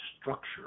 structure